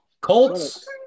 Colts